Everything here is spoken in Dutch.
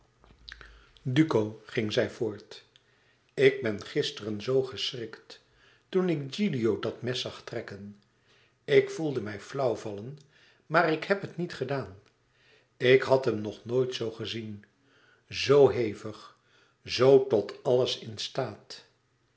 duco ging zij voort ik ben gisteren zoo geschrokken toen ik gilio dat mes zag trekken ik voelde mij flauw vallen maar ik heb het niet gedaan ik had hem nog nooit zoo gezien zoo hevig zoo tot alles in staat